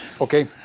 Okay